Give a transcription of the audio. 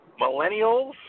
millennials